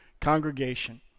congregation